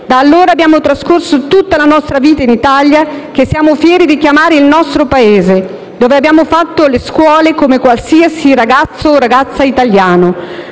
Da allora, abbiamo trascorso tutta la nostra vita in Italia, che siamo fieri di chiamare il nostro Paese, dove abbiamo fatto le scuole come qualsiasi ragazzo o ragazza italiani.